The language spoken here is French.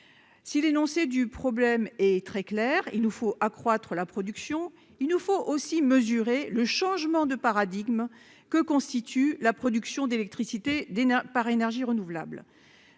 si l'énoncé du problème est très clair : il nous faut accroître la production, il nous faut aussi mesurer le changement de paradigme que constitue la production d'électricité des par, énergies renouvelables,